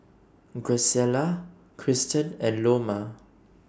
Graciela Cristen and Loma